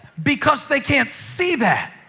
because they can't see that.